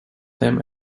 them